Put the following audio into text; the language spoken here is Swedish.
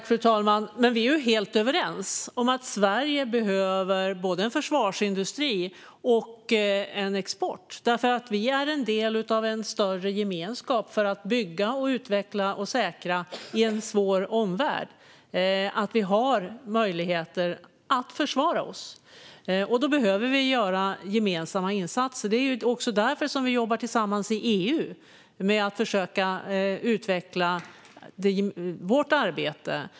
Fru talman! Vi är helt överens om att Sverige behöver både en försvarsindustri och en export, eftersom vi är en del av en större gemenskap för att bygga, utveckla och säkra att vi har möjligheter att försvara oss i en svår omvärld. Då behöver vi göra gemensamma insatser. Det är också därför som vi jobbar tillsammans i EU med att försöka utveckla vårt arbete.